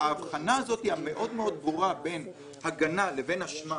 ההבחנה בין הגנה לבין אשמה